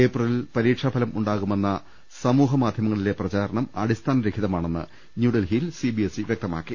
ഏപ്രിലിൽ പരീക്ഷാ ഫലം ഉണ്ടാകുമെന്നു സാമൂഹ്യ മാധ്യമങ്ങളിലെ പ്രചാരണം അടി സ്ഥാന രഹിതമാണെന്ന് ന്യൂഡൽഹിയിൽ സിബിഎസ്ഇ വൃക്തമാ ക്കി